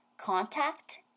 contact